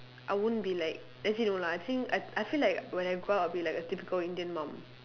I won't be like actually no lah I think I I feel like when I grow up I'll be like a typical Indian mom